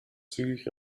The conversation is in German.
zügig